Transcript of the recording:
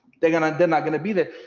they're gonna they're not gonna be there.